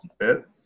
fit